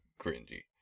cringy